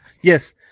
Yes